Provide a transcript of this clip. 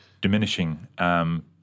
diminishing